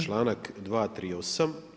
Članak 238.